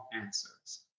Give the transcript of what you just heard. answers